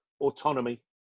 autonomy